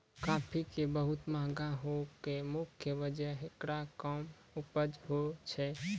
काफी के बहुत महंगा होय के मुख्य वजह हेकरो कम उपज होय छै